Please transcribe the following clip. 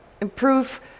improve